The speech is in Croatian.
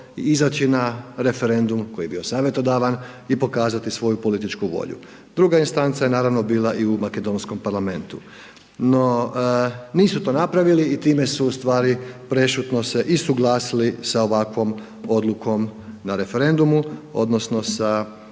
i izaći na referendum koji je bio savjetodavan i pokazati svoju političku volju. Druga instanca je naravno bila i u makedonskom Parlamentu no nisu to napravili i time se ustvari prešutno se i suglasili sa ovakvom odlukom na referendumu odnosno sa